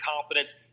confidence